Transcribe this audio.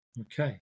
Okay